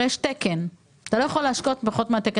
הרי יש תקן, ואתה לא יכול להשקות בפחות מהתקן.